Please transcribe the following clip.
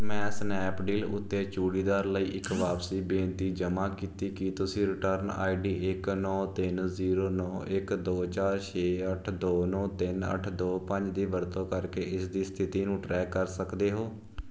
ਮੈਂ ਸਨੈਪਡੀਲ ਉੱਤੇ ਚੂੜੀਦਾਰ ਲਈ ਇੱਕ ਵਾਪਸੀ ਬੇਨਤੀ ਜਮ੍ਹਾਂ ਕੀਤੀ ਕੀ ਤੁਸੀਂ ਰਿਟਰਨ ਆਈਡੀ ਇੱਕ ਨੌਂ ਤਿੰਨ ਜ਼ੀਰੋ ਨੌਂ ਇੱਕ ਦੋ ਚਾਰ ਛੇ ਅੱਠ ਦੋ ਨੌਂ ਤਿੰਨ ਅੱਠ ਦੋ ਪੰਜ ਦੀ ਵਰਤੋਂ ਕਰਕੇ ਇਸ ਦੀ ਸਥਿਤੀ ਨੂੰ ਟਰੈਕ ਕਰ ਸਕਦੇ ਹੋ